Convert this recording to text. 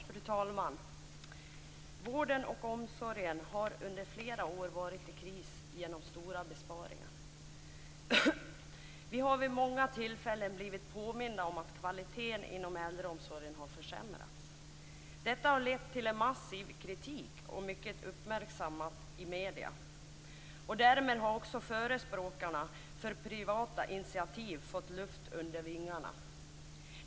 Fru talman! Vården och omsorgen har under flera år varit i kris genom stora besparingar. Vi har vid många tillfällen blivit påminda om att kvaliteten inom äldreomsorgen har försämrats. Detta har lett till en massiv kritik och uppmärksammats mycket i medierna. Därmed har också förespråkarna för privata initiativ fått luft under vingarna.